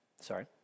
Sorry